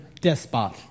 despot